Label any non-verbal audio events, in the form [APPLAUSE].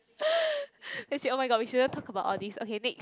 [NOISE] actually oh-my-god we shouldn't talk about all these okay next